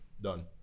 done